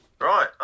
right